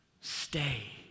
Stay